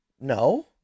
No